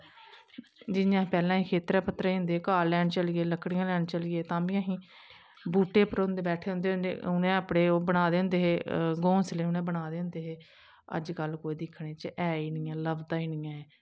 जियां अस पैह्ले खेतरे पत्तरै च जंदे हे घाह् लैन चली गे लक्कड़ियां लैन चली गे तां बी असेंगी बूह्टे उप्पर होंदे बैठे दे होंदे हे उ'नें अपने ओह् बनाए दे होंदे हे घोंसले उ'नें बनाए दे होंदे हे अज्जकल कोई दिक्खने च ऐ ही नेईं ऐ लभदा ही नेईं ऐ